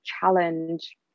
challenge